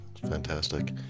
fantastic